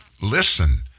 listen